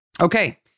Okay